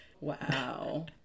wow